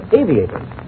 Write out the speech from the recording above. aviators